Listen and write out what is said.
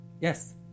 Yes